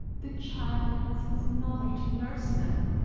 the child has his mother to nurse him.